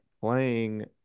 playing